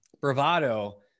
bravado